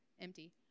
empty